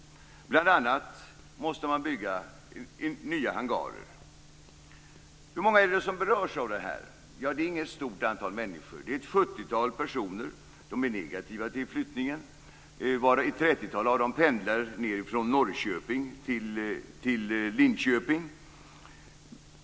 Man måste bl.a. bygga nya hangarer. Hur många berörs av detta? Ja, det är inte något stort antal människor. Det är ett sjuttiotal personer, och de är negativa till flyttningen. Ett trettiotal av dem pendlar från Norrköping till Linköping.